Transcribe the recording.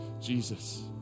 Jesus